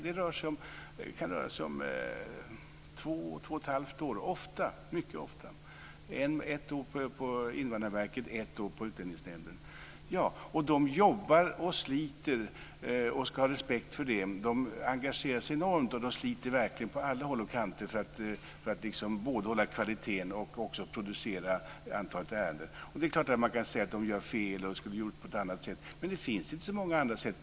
Det rör sig mycket ofta om två, två och ett halvt år, ett år på Invandrarverket och ett år i Utrikesnämnden. De jobbar och sliter och ska ha respekt för det. De engagerar sig enormt och sliter verkligen på alla håll och kanter för att både upprätthålla kvaliteten och producera ett antal ärenden. Det är klart att man kan säga att de gör fel, att de skulle ha gjort på något annat sätt, men det finns inte så många andra sätt.